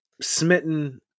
smitten